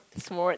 smart